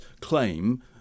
claim